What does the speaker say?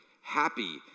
happy